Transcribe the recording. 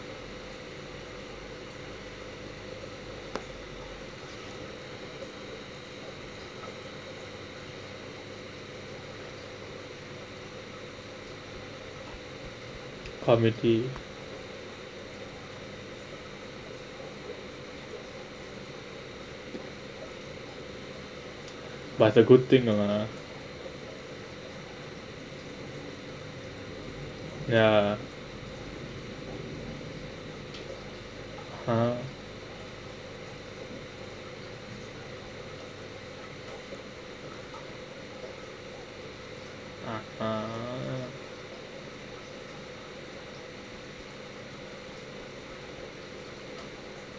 committee but it's a good thing lah ya a'ah a'ah